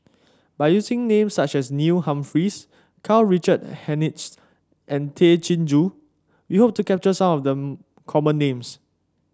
by using names such as Neil Humphreys Karl Richard Hanitsch and Tay Chin Joo we hope to capture some of the common names